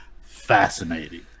fascinating